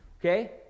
Okay